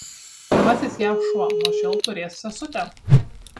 pirmasis jav šuo nuo šiol turės sesutę